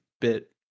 bit